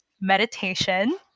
meditation